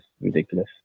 ridiculous